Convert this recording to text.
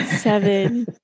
seven